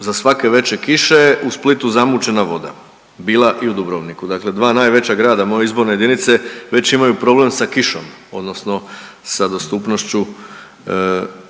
za svake veće kiše u Splitu zamućena voda, bila i u Dubrovniku, dakle dva najveća grada moje izborne jedinice već imaju problem sa kišom odnosno sa dostupnošću pitke